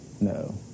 No